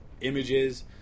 images